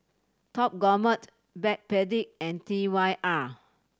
Top Gourmet Backpedic and T Y R